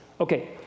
Okay